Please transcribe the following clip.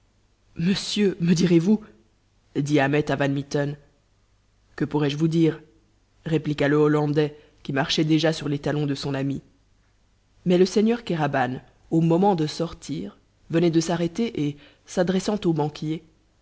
monsieur me direz-vous dit ahmet à van mitten que pourrais-je vous dire répliqua le hollandais qui marchait déjà sur les talons de son ami mais le seigneur kéraban au moment de sortir venait de s'arrêter et s'adressant au banquier